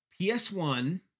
PS1